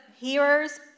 hearers